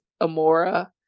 Amora